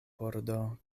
pordo